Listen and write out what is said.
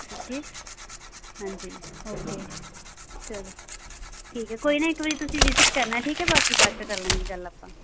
okay ਹਾਂਜੀ okay ਚਲ ਠੀਕ ਹੈ ਕੋਈ ਨਾ ਇੱਕ ਵਾਰੀ ਤੁਸੀਂ ਵਿਜ਼ਿਟ ਕਰਨਾ ਠੀਕ ਹੈ ਬਾਕੀ ਬਾਅਦ 'ਚ ਕਰ ਲਾਂਗੇ ਗੱਲ ਆਪਾਂ